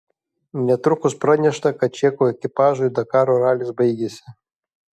netrukus pranešta kad čekų ekipažui dakaro ralis baigėsi